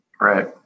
Right